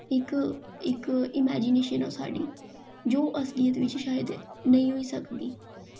इक इक इमैजिनेशन ऐ ओह् साढ़ी जो असलियत बिच्च शायद नेईं होई सकदी